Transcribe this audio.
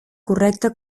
correcta